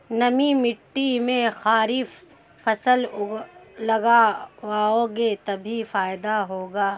नमी मिट्टी में खरीफ फसल लगाओगे तभी फायदा होगा